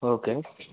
okay